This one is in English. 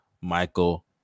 michael